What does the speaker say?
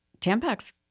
Tampax